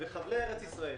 בחבלי ארץ ישראל